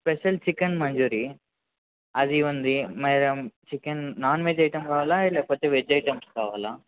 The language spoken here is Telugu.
స్పెషల్ చికెన్ మంచూరియా అది ఉంది madam chicken non veg items కావాలా లేకపోతే వెజ్ ఐటమ్స్ కావాలా